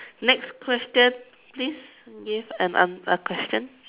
next question please give an an~ a question